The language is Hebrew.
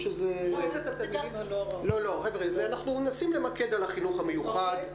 אנחנו מנסים להתמקד בחינוך המיוחד.